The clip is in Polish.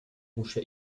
muszę